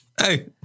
Hey